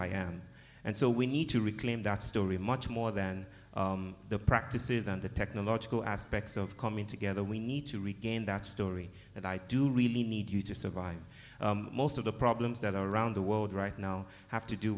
i am and so we need to reclaim that story much more than the practices and the technological aspects of coming together we need to regain that story and i need you to survive most of the problems that are around the world right now have to do